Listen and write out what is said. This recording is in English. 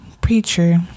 preacher